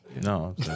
No